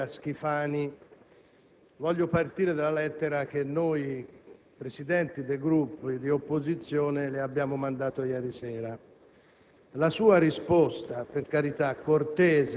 Signor Presidente, anch'io come il collega Schifani voglio partire dalla lettera che noi Presidenti dei Gruppi di opposizione le abbiamo mandato ieri sera.